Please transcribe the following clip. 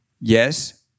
Yes